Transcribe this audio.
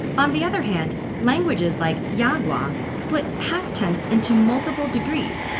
on the other hand, languages like yagwa split past tense into multiple degrees,